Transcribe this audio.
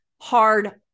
hard